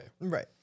Right